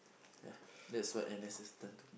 ya that's what N_S has done to me